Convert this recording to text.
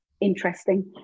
interesting